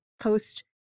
post